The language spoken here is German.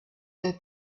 der